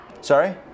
Sorry